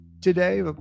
today